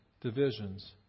divisions